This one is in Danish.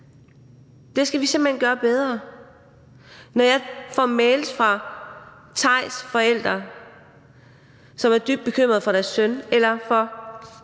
Det skal vi simpelt hen gøre bedre. Når jeg får mails fra Theis' forældre, som er dybt bekymrede for deres søn, eller fra